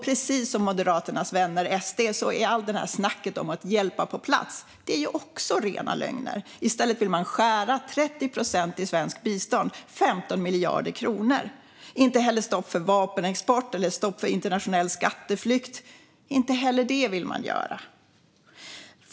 Precis som Moderaternas vänner SD är allt snack om att hjälpa på plats också rena lögner. I stället vill man skära ned svenskt bistånd med 30 procent, 15 miljarder kronor. Man vill inte heller stoppa vapenexport eller internationell skatteflykt.